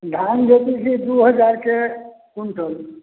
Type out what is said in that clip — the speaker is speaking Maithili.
धान जे कि दू हजार के क्विण्टल